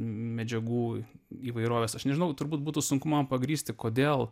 medžiagų įvairovės aš nežinau turbūt būtų sunku man pagrįsti kodėl